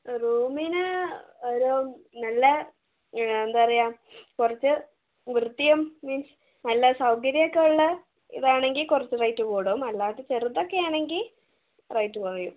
റൂമിന് ഒരു നല്ല എന്താ പറയുക കുറച്ച് വൃത്തിയും മീൻസ് നല്ല സൗകര്യം ഒക്കെ ഉള്ള വേണമെങ്കിൽ കുറച്ച് റേറ്റ് കൂടും അല്ലാണ്ട് ചെറുതൊക്കെ ആണെങ്കിൽ റേറ്റ് കുറയും